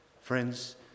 Friends